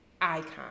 icon